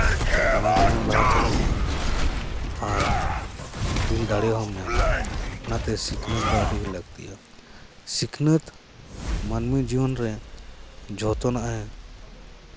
ᱢᱟᱲᱟᱝ ᱥᱮᱱᱮᱢ ᱞᱟᱦᱟ ᱪᱟᱞᱟᱜᱼᱟ ᱟᱨ ᱫᱤᱞ ᱫᱟᱲᱮ ᱦᱚᱸᱢ ᱧᱟᱢᱟ ᱚᱱᱟᱛᱮ ᱥᱤᱠᱷᱱᱟᱹᱛ ᱫᱚ ᱟᱹᱰᱤᱜᱮ ᱞᱟᱹᱠᱛᱤᱭᱟ ᱥᱤᱠᱷᱱᱟᱹᱛ ᱢᱟᱹᱱᱢᱤ ᱡᱤᱭᱚᱱ ᱨᱮ ᱡᱚᱛᱱᱟᱜ ᱮ